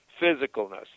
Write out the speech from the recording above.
Physicalness